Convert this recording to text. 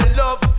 love